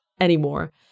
anymore